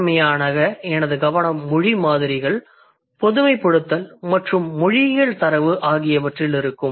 முதன்மையாக எனது கவனம் மொழி மாதிரிகள் பொதுமைப்படுத்தல் மற்றும் மொழியியல் தரவு ஆகியவற்றில் இருக்கும்